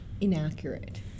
inaccurate